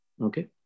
Okay